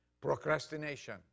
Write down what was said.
Procrastination